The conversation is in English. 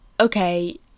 okay